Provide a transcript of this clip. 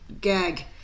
gag